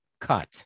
cut